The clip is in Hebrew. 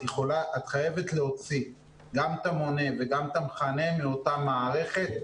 את חייבת להוציא גם את המונה וגם את המכנה מאותה מערכת.